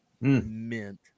mint